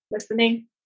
listening